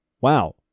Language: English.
Wow